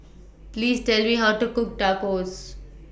Please Tell Me How to Cook Tacos